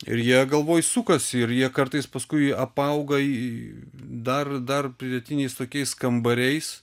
ir jie galvoj sukasi ir jie kartais paskui apauga į dar dar pridėtiniais tokiais kambariais